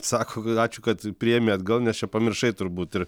sako ačiū kad priemi atgal nes čia pamiršai turbūt ir